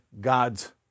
God's